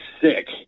sick